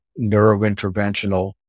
neurointerventional